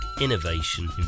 innovation